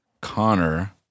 Connor